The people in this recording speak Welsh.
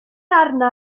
arna